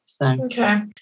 Okay